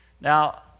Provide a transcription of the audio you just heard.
Now